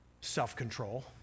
Self-control